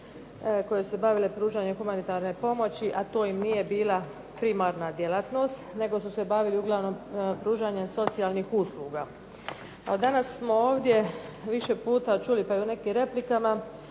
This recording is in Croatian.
koje su se bavile pružanjem humanitarne pomoći, a to im nije bila primarna djelatnost nego su se bavili uglavnom pružanjem socijalnih usluga. A danas smo ovdje više puta čuli, pa i u nekim replikama,